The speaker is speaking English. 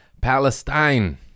Palestine